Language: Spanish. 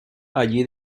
allí